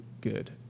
good